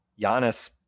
Giannis